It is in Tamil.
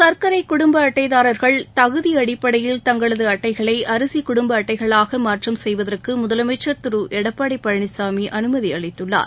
சர்க்கரை குடும்ப அட்டைதாரர்கள் தகுதி அடிப்படையில் தங்களது அட்டைகளை அரிசி குடும்ப அட்டைகளாக மாற்றம் செய்வதற்கு முதலமைச்சர் திரு எடப்பாடி பழனிசாமி அனுமதி அளித்துள்ளார்